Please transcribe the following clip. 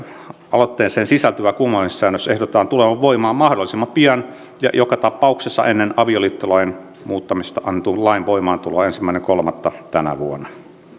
aloitteeseen sisältyvän kumoamissäädöksen ehdotetaan tulevan voimaan mahdollisimman pian ja joka tapauksessa ennen avioliittolain muuttamisesta annetun lain voimaantuloa ensimmäinen kolmatta tänä vuonna